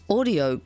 Audio